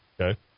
Okay